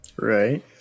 right